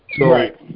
Right